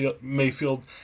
Mayfield